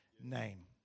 name